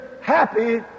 happy